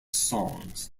songs